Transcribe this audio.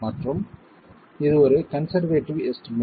மற்றும் இது ஒரு கன்சர்வேட்டிவ் எஸ்டிமேட்